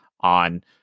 on